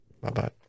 Bye-bye